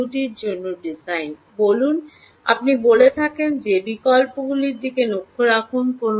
আইওটির জন্য ডিজাইন বলুন আপনি বলে থাকেন যে বিকল্পগুলির দিকে লক্ষ্য রাখুন